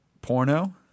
porno